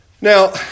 Now